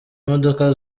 modoka